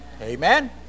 Amen